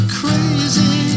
crazy